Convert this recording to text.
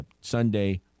Sunday